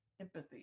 empathy